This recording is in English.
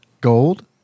Gold